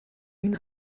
این